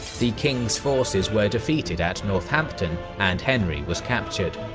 the king's forces were defeated at northampton, and henry was captured.